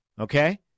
Okay